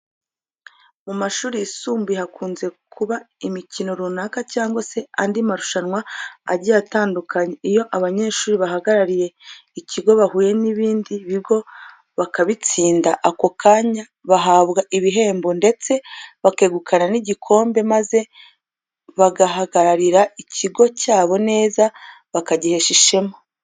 Mu mashuri yisumbuye hakunze kuba imikino runaka cyangwa se andi marushanwa agiye atandukanye. Iyo abanyeshuri bahagarariye ikigo bahuye n'ibindi bigo bakabitsinda, ako kanya bahabwa ibihembo ndetse bakegukana n'igikombe maze bagahagararira ikigo cyabo neza bakagihesha ishema.